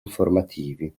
informativi